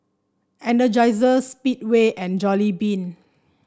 Energizer Speedway and Jollibean